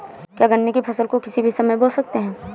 क्या गन्ने की फसल को किसी भी समय बो सकते हैं?